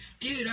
Dude